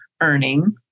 earning